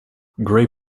gray